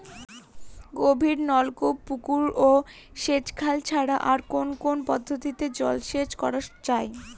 গভীরনলকূপ পুকুর ও সেচখাল ছাড়া আর কোন কোন পদ্ধতিতে জলসেচ করা যায়?